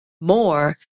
more